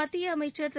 மத்திய அமைச்சர் திரு